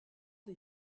des